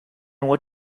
what